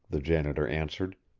the janitor answered.